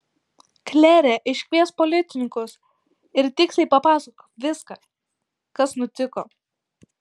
klere iškviesk policininkus ir tiksliai papasakok viską kas nutiko